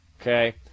okay